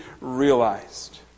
realized